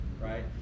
right